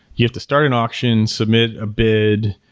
you have to start an auction, submit a bid,